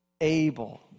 able